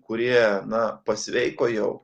kurie na pasveiko jau